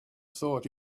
thought